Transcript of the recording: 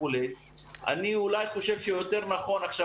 אני חושב שיותר נכון עכשיו,